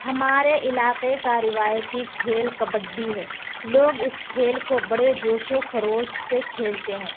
ہمارے علاقے کا رویتی کھیل کبڈی ہے لوگ اس کھیل کو بڑے جوش و خروس سے کھیلتے ہیں